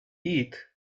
eat